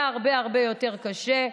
היה הרבה הרבה יותר קשה.